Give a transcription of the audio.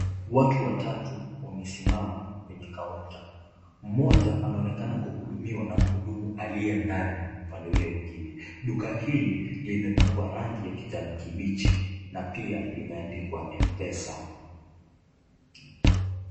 Watu watatu wamesimama kwenye kaunta, mmoja anaonekana kuhudumiwa na mhudumu aliye ndani upande ule mwingine, duka hili limepakwa rangi ya kijani kibichi na pia limeandikwa Mpesa.